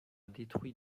détruit